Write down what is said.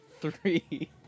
three